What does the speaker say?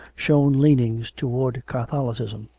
shown leanings toward catholicism.